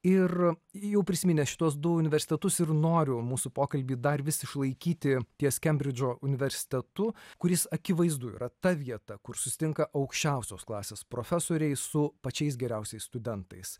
ir jau prisiminęs šituos du universitetus ir noriu mūsų pokalbį dar vis išlaikyti ties kembridžo universitetu kuris akivaizdu yra ta vieta kur susitinka aukščiausios klasės profesoriai su pačiais geriausiais studentais